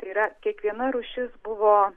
tai yra kiekviena rūšis buvo